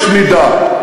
יש מידה.